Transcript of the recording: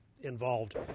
involved